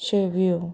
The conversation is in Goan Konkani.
शेव्यो